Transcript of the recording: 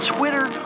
Twitter